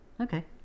Okay